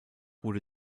wurde